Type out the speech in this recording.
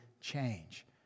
change